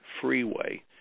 freeway